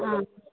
অঁ